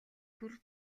түр